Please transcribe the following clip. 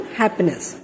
happiness